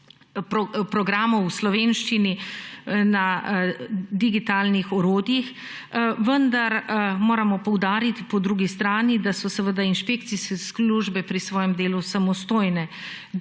programov v slovenščini na digitalnih orodjih, vendar moram poudariti po drugi strani, da so seveda inšpekcijske službe pri svojem delu samostojne,